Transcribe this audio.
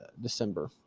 December